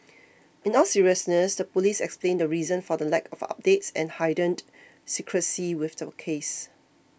in all seriousness the police explained the reason for the lack of updates and heightened secrecy with the case